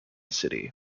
city